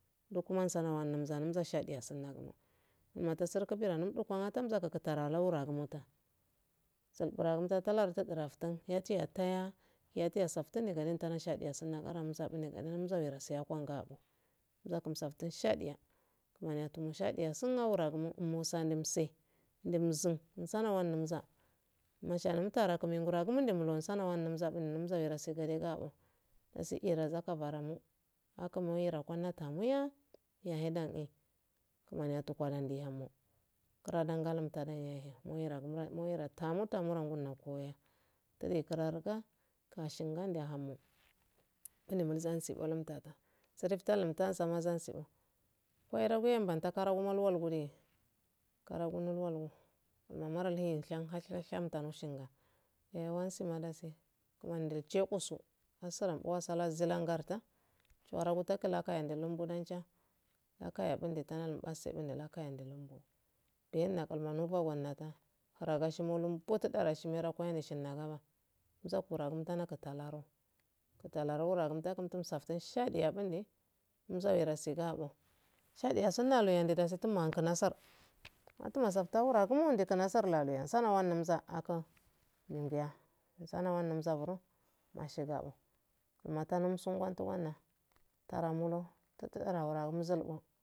Lukuma salawa numza shade yasu mnagumo mato sirgibida num do kuma tamza zakutara lauragumata yatiyataya yatiya saftun digadefara shadeyasun nakara musa kunne mosani mse mumzun musanawa numza musha mutara kuma ngorowa zabun dsi kira zakabaramu maka mo wera konnataweyaa yahe dae kumani ato kwande hamo kuradangallum tadan gahe muwerata kashinganda ahamo waira guye wanta karau ma walgu diye karagu nomarol he hewamsima dasi kumani nduljokoso abrambu wasalazilangarta chuwarasu akayambude biyenna kalmo nofo hundata hura boshumolu mbotada rashime rakuwelu shina gama musa kuralum loru takra mufsatun shade shade yaso nnalu yaye ndudesatun ma kunassar batuma susakurar indiya anawanun zaburi mashigoa matanumsu wantu wanna taramulo tutuwara zulgu